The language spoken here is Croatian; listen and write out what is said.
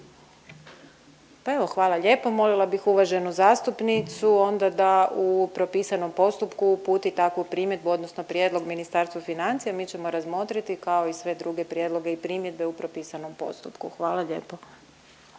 Pa evo hvala lijepo, molila bih uvaženu zastupnicu da u propisanom postupku uputi takvu primjedbu odnosno prijedlog Ministarstvu financija, mi ćemo razmotriti kao i sve druge prijedloge i primjedbe u propisanom postupku, hvala lijepo.